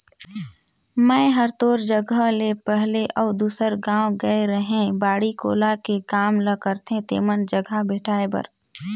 मेंए हर तोर जगह ले पहले अउ दूसर गाँव गेए रेहैं बाड़ी कोला के काम ल करथे तेमन जघा भेंटाय बर